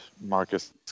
Marcus